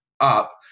up